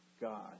God